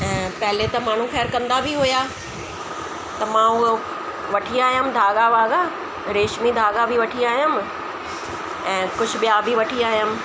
ऐं पहिरीं त माण्हू खैर कंदा बि हुया त मां हूअ वठी आयमि धागा वागा रेशमी धागा बि वठी आयमि ऐं कुझु ॿिया बि वठी आयमि